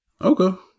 Okay